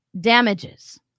damages